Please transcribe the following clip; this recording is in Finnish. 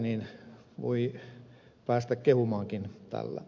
kalmari voi päästä kehumaankin tällä